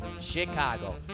Chicago